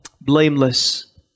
blameless